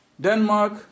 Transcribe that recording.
Denmark